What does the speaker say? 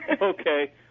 Okay